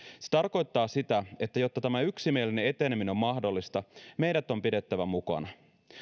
se tarkoittaa sitä että jotta tämä yksimielinen eteneminen on mahdollista meidät on pidettävä mukana